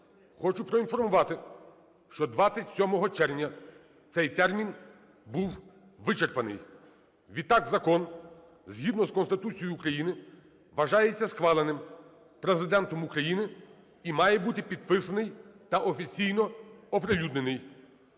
Хочу проінформувати, що 27 червня цей термін був вичерпаний. Відтак закон згідно з Конституцією України вважається схваленим Президентом України і має бути підписаний та офіційно оприлюднений.